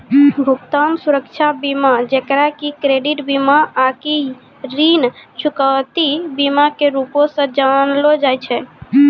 भुगतान सुरक्षा बीमा जेकरा कि क्रेडिट बीमा आकि ऋण चुकौती बीमा के रूपो से जानलो जाय छै